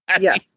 Yes